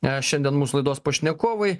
e šiandien mūsų laidos pašnekovai